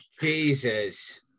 Jesus